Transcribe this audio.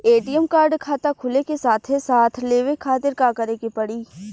ATM card खाता खुले के साथे साथ लेवे खातिर का करे के पड़ी?